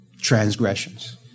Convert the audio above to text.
transgressions